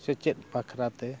ᱥᱮᱪᱮᱫ ᱵᱟᱠᱷᱨᱟ ᱛᱮ